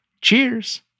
Cheers